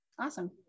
Awesome